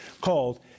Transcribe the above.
called